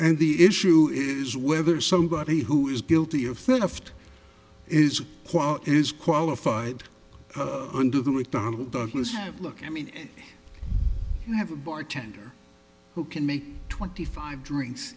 and the issue is whether somebody who is guilty of theft is quote is qualified under the mcdonnell douglas have look i mean you have a bartender who can make twenty five drinks